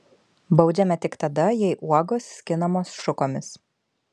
baudžiame tik tada jei uogos skinamos šukomis